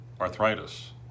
arthritis